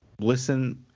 listen